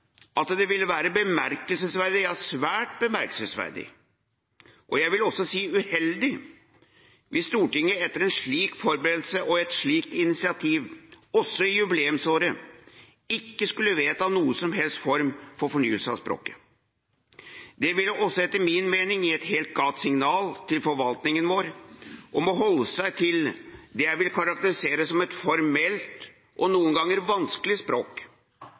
at det ville være svært bemerkelsesverdig, og jeg vil også si uheldig, hvis Stortinget etter en slik forberedelse og et slikt initiativ, også i jubileumsåret, ikke skulle vedta noen som helst form for fornyelse av språket. Det ville også etter min mening gi et helt galt signal til forvaltningen vår om å holde seg til det jeg vil karakterisere som et formelt og noen ganger vanskelig språk.